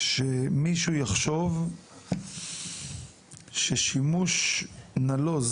שמישהו יחשוב ששימוש נלוז